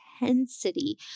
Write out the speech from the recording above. intensity